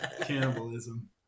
Cannibalism